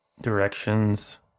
directions